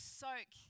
soak